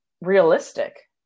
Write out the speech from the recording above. realistic